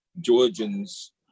Georgians